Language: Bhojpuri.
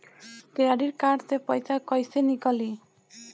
क्रेडिट कार्ड से पईसा केइसे निकली?